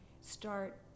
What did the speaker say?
start